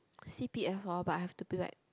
c_p_f loh but I have to pay back